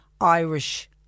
Irish